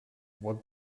what